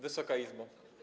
Wysoka Izbo!